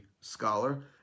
scholar